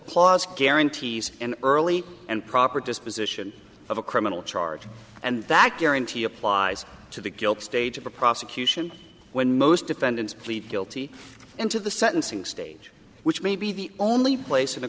clause guarantees and early and proper disposition of a criminal charge and that guarantee applies to the guilt stage of the prosecution when most defendants plead guilty and to the sentencing stage which may be the only place